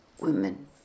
women